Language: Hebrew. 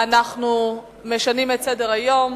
אנחנו משנים את סדר-היום